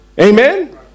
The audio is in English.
Amen